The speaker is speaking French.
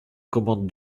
commandent